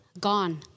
Gone